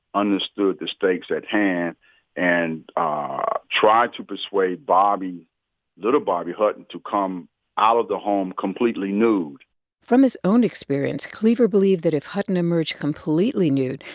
understood the stakes at hand and ah tried to persuade bobby little bobby hutton to come out of the home completely nude from his own experience, cleaver believed that if hutton emerged completely nude,